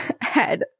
head